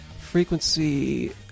frequency